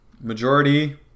majority